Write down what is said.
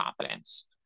confidence